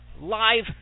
live